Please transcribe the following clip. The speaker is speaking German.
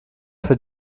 für